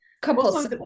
couple